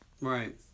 Right